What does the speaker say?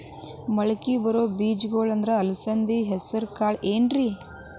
ಮಳಕಿ ಬರೋ ಬೇಜಗೊಳ್ ಅಂದ್ರ ಅಲಸಂಧಿ, ಹೆಸರ್ ಕಾಳ್ ಏನ್ರಿ?